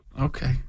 okay